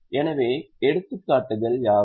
எனவே எடுத்துக்காட்டுகள் யாவை